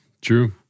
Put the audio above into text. True